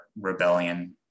rebellion